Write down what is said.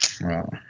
Wow